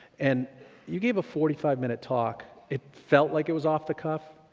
and you gave a forty five minute talk, it felt like it was off the cuff.